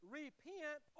repent